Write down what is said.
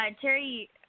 Terry